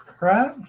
Right